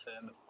term